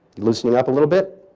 loosening up a little bit?